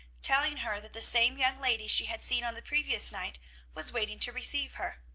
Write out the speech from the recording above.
telling her that the same young lady she had seen on the previous night was waiting to receive her.